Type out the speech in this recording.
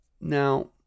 Now